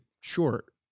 short